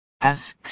asks